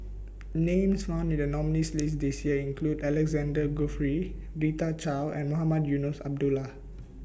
Names found in The nominees' list This Year include Alexander Guthrie Rita Chao and Mohamed Eunos Abdullah